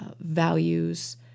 values